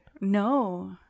No